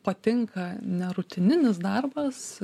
patinka nerutininis darbas